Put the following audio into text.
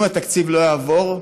אם התקציב לא יעבור,